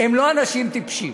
הם לא אנשים טיפשים.